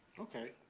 Okay